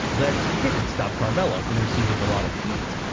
that didn't stop carmella from receiving a lot of heat.